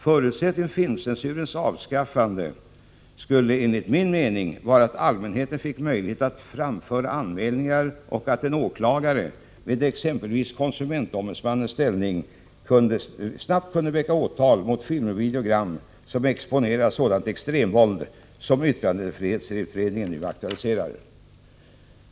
Förutsättningen för filmcensurens avskaffande skulle dock enligt min mening vara att allmänheten fick möjlighet att framföra anmälningar och att en åklagare — med exempelvis konsumentombudsmannens ställning — snabbt kunde väcka åtal mot filmer och videogram som exponerar sådant extremvåld som yttrandefrihetsutredningen nu aktualiserar.